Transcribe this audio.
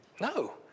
No